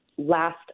Last